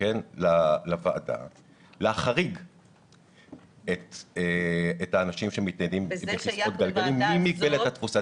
שנציע לוועדה להחריג את האנשים שמניידים בכיסאות גלגלים ממגבלת התפוסה.